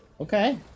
Okay